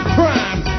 crime